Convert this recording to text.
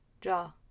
Jaw